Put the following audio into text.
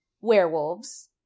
Werewolves